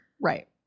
Right